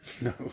No